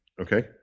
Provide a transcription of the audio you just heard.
Okay